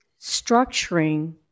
structuring